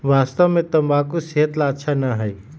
वास्तव में तंबाकू सेहत ला अच्छा ना है